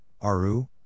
Aru